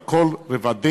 על כל רבדיה,